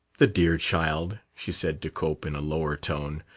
the dear child, she said to cope in a lower tone,